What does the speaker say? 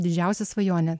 didžiausia svajonė